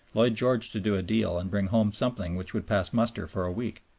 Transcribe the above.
lloyd george to do a deal and bring home something which would pass muster for a week,